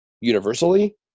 universally